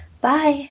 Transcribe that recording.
Bye